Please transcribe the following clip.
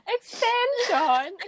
Extension